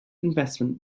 investment